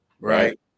Right